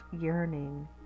yearning